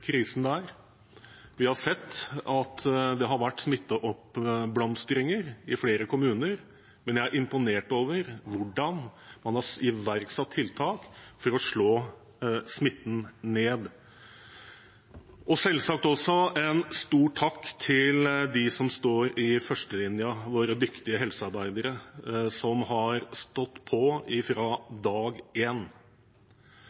krisen der. Vi har sett at det har vært smitteoppblomstringer i flere kommuner, men jeg er imponert over hvordan man har iverksatt tiltak for å slå smitten ned. Jeg vil selvsagt også rette en stor takk til dem som står i førstelinjen, våre dyktige helsearbeidere som har stått på